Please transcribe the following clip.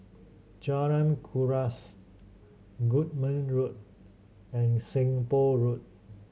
Jalan Kuras Goodman Road and Seng Poh Road